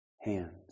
hands